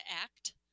act